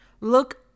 Look